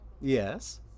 Yes